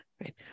right